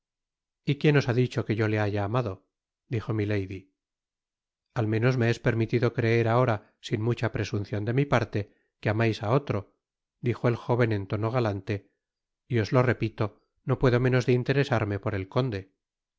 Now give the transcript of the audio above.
y quién os ha dicho que yo le haya amado dijo milady al menos me es permitido creer ahora sin mucha presuncion de mi parte que amais á otro dijo el jóven en tono galante y os lo repito no puedo menos de interesarme por el conde